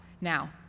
Now